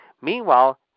Meanwhile